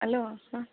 hello sir